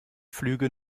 flüge